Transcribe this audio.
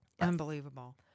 Unbelievable